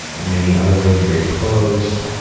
in many other ways, i'm very close.